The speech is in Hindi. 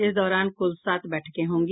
इस दौरान कुल सात बैठकें होंगी